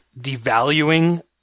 devaluing